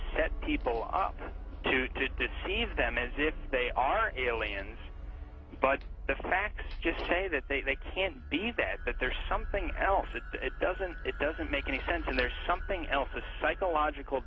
set people up to to deceive them as if they are aliens but the facts just say that they can't be that that there's something else that it doesn't it doesn't make any sense and there's something else a psychological